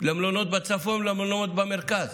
למלונות בצפון למלונות במרכז,